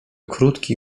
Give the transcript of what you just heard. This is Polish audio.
krótki